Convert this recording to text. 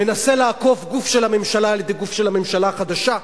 מנסה לעקוף גוף של הממשלה על-ידי גוף של הממשלה החדשה?